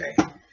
okay